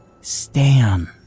Stan